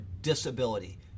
disability